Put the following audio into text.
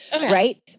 right